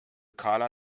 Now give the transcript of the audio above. karla